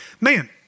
man